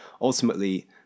ultimately